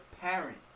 parent